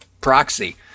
proxy